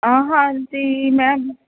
ਆਹ ਹਾਂਜੀ ਮੈਮ